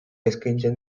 eskaintzen